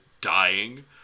dying